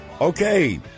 Okay